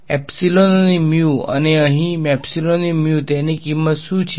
epsilon અને mu અને અહીં અને તેની કિંમત શું છે